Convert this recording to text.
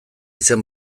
izen